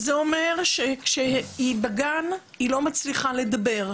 זה אומר שבגן היא לא מצליחה לדבר,